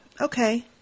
okay